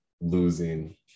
losing